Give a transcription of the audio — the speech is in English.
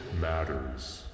Matters